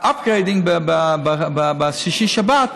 upgrading בשישי-שבת,